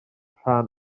rhan